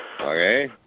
Okay